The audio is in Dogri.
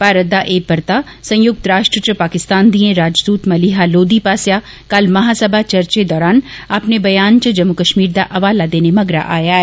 भारत दा एह परता संयुक्त राश्ट्र च पाकिस्तान दिए राजदूत मलीहा लोघी पास्सेआ कल महासभा चर्चे दौरान अपने ब्यान च जम्मू कष्मीर दा हवाला देने मगरा आया ऐ